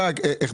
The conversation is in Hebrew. פה